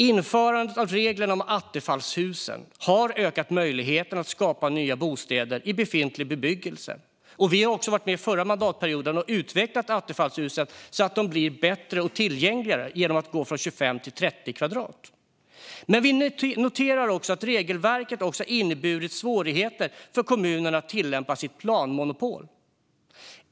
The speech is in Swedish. Införandet av reglerna för attefallshusen har ökat möjligheten att skapa nya bostäder i befintlig bebyggelse. Vi var med förra mandatperioden och utvecklade reglerna för attefallshusen så att de kan bli bättre och mer tillgängliga genom att gå från 25 till 30 kvadratmeter. Men vi noterar att regelverket också har inneburit svårigheter för kommunerna att tillämpa sitt planmonopol.